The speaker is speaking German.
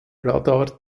radar